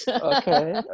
Okay